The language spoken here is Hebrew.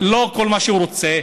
לא כל מה שהוא רוצה.